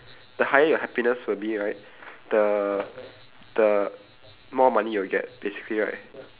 the higher your happiness will be right the the more money you will get basically right